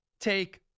take